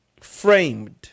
framed